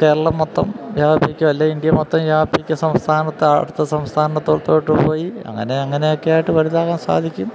കേരളം മൊത്തം വ്യാപിപ്പിക്കും അല്ലെങ്കില് ഇന്ത്യ മൊത്തം വ്യാപിപ്പിക്കും സംസ്ഥാനത്ത് നിന്ന് അടുത്ത സംസ്ഥാനത്തേക്ക് പോയി അങ്ങനെ അങ്ങനെയൊക്കെയായിട്ട് വലുതാകാൻ സാധിക്കും